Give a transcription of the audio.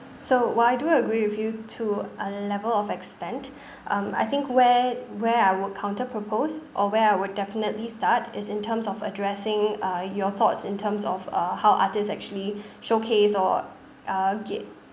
so while I do agree with you to a level of extent um I think where where I would counter propose or where I would definitely start is in terms of addressing uh your thoughts in terms of uh how artists actually showcase or uh ga~